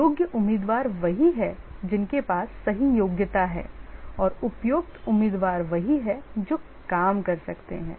योग्य उम्मीदवार वही हैं जिनके पास सही योग्यता है और उपयुक्त उम्मीदवार वही हैं जो काम कर सकते हैं